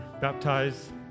baptized